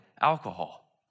alcohol